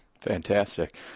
Fantastic